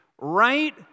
right